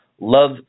love